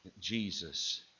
Jesus